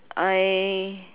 I